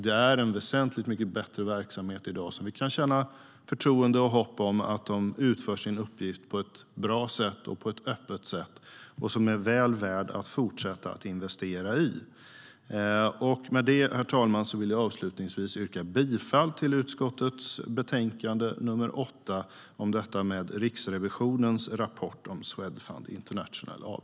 Det är en väsentligt mycket bättre verksamhet i dag, och vi kan känna förtroende för och hysa hopp om att de utför sin uppgift på ett bra sätt och på ett öppet sätt och att verksamheten är väl värd att fortsätta att investera i. Med det, herr talman, vill jag avslutningsvis yrka bifall till förslaget i utskottets betänkande nr 8, Riksrevisionens rapport om Swedfund International AB .